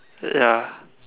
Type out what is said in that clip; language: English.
ya